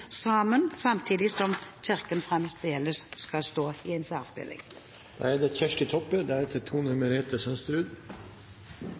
samtidig som Kirken fremdeles skal stå i en særstilling. Psykiske lidingar er